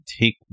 take